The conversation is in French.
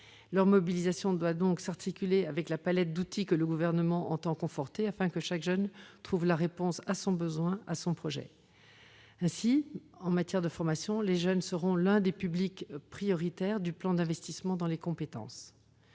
Leur mobilisation doit donc s'articuler avec la palette d'outils que le Gouvernement entend conforter afin que chaque jeune trouve la réponse à son besoin, à son projet. Ainsi, en matière de formation, les jeunes seront l'un des publics prioritaires du plan d'investissement dans les compétences.